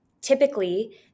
Typically